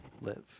live